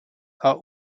are